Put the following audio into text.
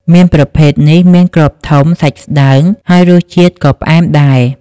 មៀនប្រភេទនេះមានគ្រាប់ធំ សាច់ស្តើង ហើយរសជាតិក៏ផ្អែមដែរ។